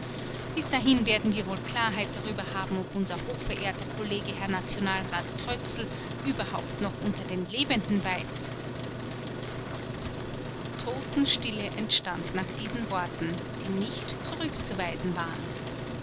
bis dahin werden wir wohl klarheit darüber haben ob unser hochverehrter kollege herr nationalrat krötzl überhaupt noch unter den lebenden weilt totenstille entstand nach diesen worten die nicht zurückzuweisen waren